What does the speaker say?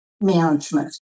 management